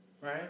right